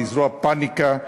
לזרוע פניקה,